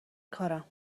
کارم